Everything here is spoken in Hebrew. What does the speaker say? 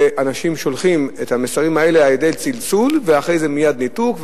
ואנשים שולחים את המסרים האלה על-ידי צלצול ומייד אחרי זה ניתוק,